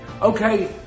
Okay